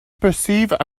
perceive